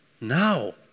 Now